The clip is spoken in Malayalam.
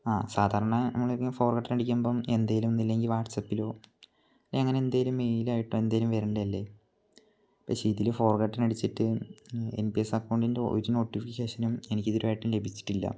ആ സാധാരണ നമ്മൾ ഒരു ഫോർഗോട്ടൻ അടിക്കുമ്പം എന്തെങ്കിലും ഒന്നുമില്ലെങ്കിൽ വാട്സപ്പിലോ അങ്ങനെ എന്തെങ്കിലും മെയിലായിട്ടോ എന്തെങ്കിലും വരേണ്ടത് അല്ലേ പക്ഷെ ഇതിൽ ഫോർഗോട്ടൻ അടിച്ചിട്ട് എൻ പി എസ് അക്കൗണ്ടിൻ്റെ ഒരു നോട്ടിഫിക്കേഷനും എനിക്ക് ഇതു വരെ ആയിട്ടും ലഭിച്ചിട്ടില്ല